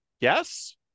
Yes